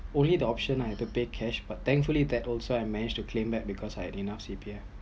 only the option I’ve to pay cash but thankfully that also I’m managed to claim back because I've enough CPF